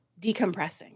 decompressing